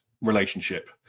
relationship